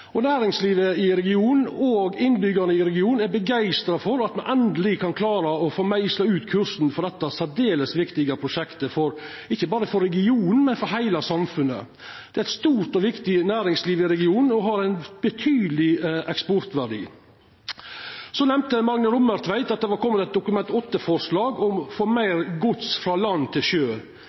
og innbyggjarane der er begeistra for at me endeleg kan klara å få meisla ut kursen for dette prosjektet som er særdeles viktig ikkje berre for regionen, men for heile samfunnet. Det er eit stort og viktig næringsliv i regionen, med ein betydeleg eksportverdi. Magne Rommetveit nemnde at det var kome eit Dokument 8-forslag om å få meir gods over frå land til sjø.